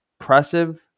impressive